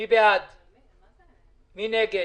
מי נגד?